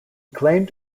claimed